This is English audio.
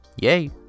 Yay